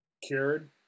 cured